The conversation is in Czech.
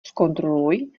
zkontroluj